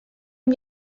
amb